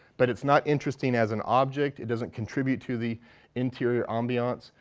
but it's not interesting as an object. it doesn't contribute to the interior ambience.